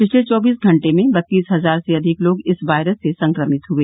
पिछले चौबीस घंटे में बत्तीस हजार से अधिक लोग इस वायरस से संक्रमित हए